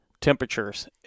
temperatures